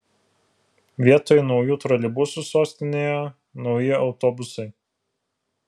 vietoj naujų troleibusų sostinėje nauji autobusai